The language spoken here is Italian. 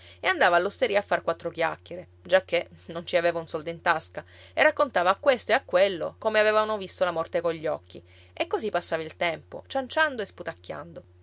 e andava all'osteria a far quattro chiacchiere giacché non ci aveva un soldo in tasca e raccontava a questo e a quello come avevano visto la morte cogli occhi e così passava il tempo cianciando e sputacchiando